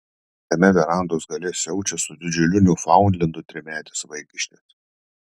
kitame verandos gale siaučia su didžiuliu niufaundlendu trimetis vaikiščias